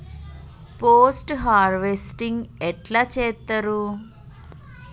Post harvesting ఎట్ల చేత్తరు?